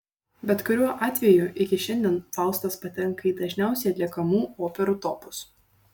bet kuriuo atveju iki šiandien faustas patenka į dažniausiai atliekamų operų topus